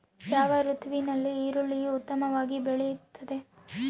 ಯಾವ ಋತುವಿನಲ್ಲಿ ಈರುಳ್ಳಿಯು ಉತ್ತಮವಾಗಿ ಬೆಳೆಯುತ್ತದೆ?